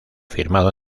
firmado